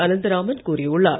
அனந்தராமன் கூறியுள்ளார்